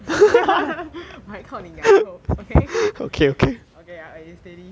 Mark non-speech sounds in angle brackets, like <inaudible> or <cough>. <laughs> 我还靠你养以后 okay <noise> okay ah okay steady